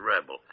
rebel